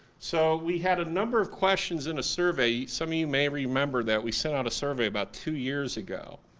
so we had a number of questions in a survey, some of you may remember that we sent out a survey about two years ago.